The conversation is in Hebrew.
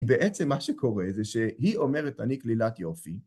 בעצם מה שקורה זה שהיא אומרת, אני כלילת יופי.